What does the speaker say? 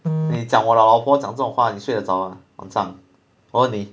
你讲我的老婆讲这种话你睡得着吗晚上而你